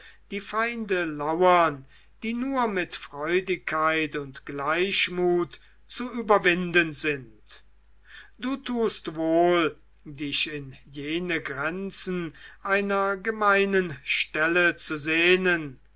diese feinde lauern die nur mit freudigkeit und gleichmut zu überwinden sind du tust wohl dich in jene grenzen einer gemeinen stelle zu sehnen